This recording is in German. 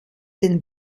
den